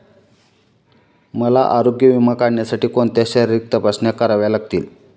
मला आरोग्य विमा काढण्यासाठी कोणत्या शारीरिक तपासण्या कराव्या लागतील?